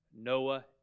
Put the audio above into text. Noah